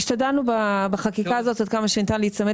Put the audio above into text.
השתדלנו בחקיקה הזאת עד כמה שניתן להיצמד